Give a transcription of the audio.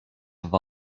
into